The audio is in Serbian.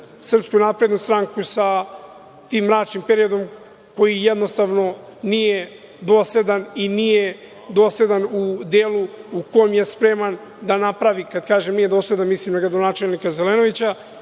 povezivajući SNS sa tim mračnim periodom koji jednostavno nije dosledan i nije dosledan u delu u kom je spreman da napravi, kad kažem nije dosledan, mislim na gradonačelnika Zelenovića,